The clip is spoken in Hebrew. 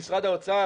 במשרד האוצר,